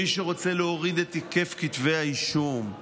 מי שרוצה להוריד את היקף כתבי האישום,